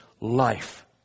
life